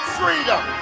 freedom